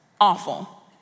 awful